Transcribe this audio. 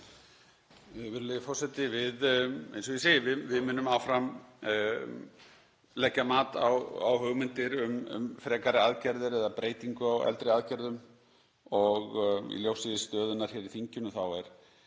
við áfram leggja mat á hugmyndir um frekari aðgerðir eða breytingu á eldri aðgerðum og í ljósi stöðunnar í þinginu er